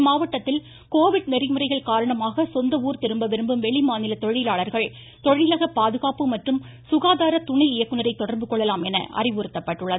இம்மாவட்டத்தில் கோவிட் நெறிமுறைகள் காரணமாக சொந்த ஊர் திரும்ப விரும்பும் வெளி மாநில தொழிலாளர்கள் தொழிலக பாதுகாப்பு மற்றும் சுகாதார துணை இயக்குனரை தொடர்பு கொள்ளலாம் என அறிவுறுத்தப்பட்டுள்ளது